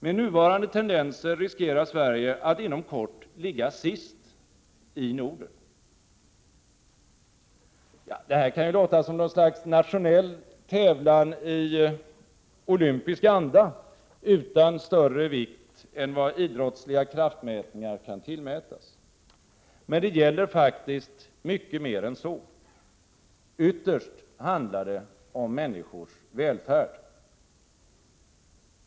Med nuvarande tendenser riskerar Sverige att inom kort ligga sist i Norden. Det här kan låta som något slags tävlan mellan nationer i olympisk anda utan större vikt än vad idrottsliga kraftmätningar kan tillmätas. Men det gäller faktiskt mycket mer än så. Ytterst handlar det om människors välfärd.